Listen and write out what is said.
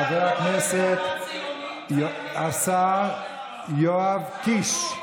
ציוני חבר הכנסת השר יואב קיש.